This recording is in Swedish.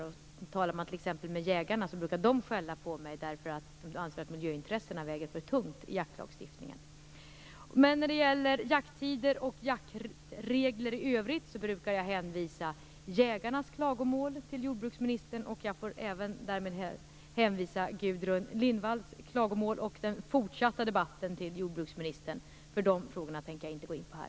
När jag talar med jägarna t.ex. så brukar de skälla på mig för att de anser att miljöintressena väger för tungt i jaktlagstiftningen. När det gäller jakttider och jaktregler i övrigt brukar jag hänvisa jägarnas klagomål till jordbruksministern, och jag får därmed även hänvisa Gudrun Lindvalls klagomål och den fortsatta debatten till jordbruksministern. De frågorna tänker jag inte gå in på här.